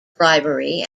bribery